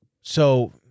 So-